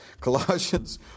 Colossians